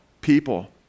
people